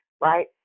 right